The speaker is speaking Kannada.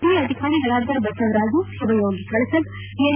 ಹಿರಿಯ ಅಧಿಕಾರಿಗಳಾದ ಬಸವರಾಜು ಶಿವಯೋಗಿ ಕಳಸದ ಎನ್